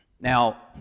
Now